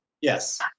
Yes